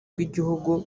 rw’igihugu